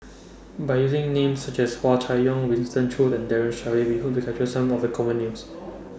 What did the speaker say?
By using Names such as Hua Chai Yong Winston Choos and Daren Shiau We Hope to capture Some of The Common Names